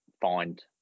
find